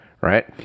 right